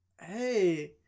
Hey